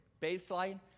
Baseline